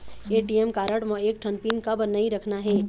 ATM card म एक ठन पिन काबर नई रखना हे?